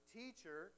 teacher